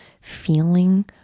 feeling